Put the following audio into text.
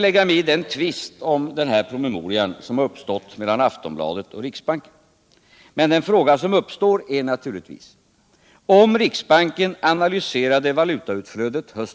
Detta menar vi alltså att Kkapitalexportören själv skall kunna bevisa innan riksbanken ger tillstånd till direktinvesteringar i utlandet.